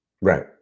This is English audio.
Right